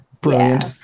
brilliant